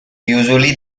usually